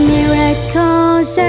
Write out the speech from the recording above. Miracles